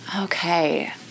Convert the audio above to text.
Okay